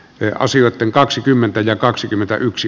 te asioitten kaksikymmentä ja kaksikymmentäyksi